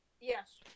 Yes